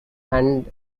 and